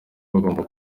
bagomba